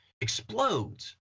explodes